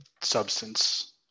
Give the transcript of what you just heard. substance